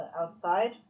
outside